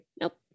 Nope